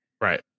right